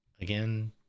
Again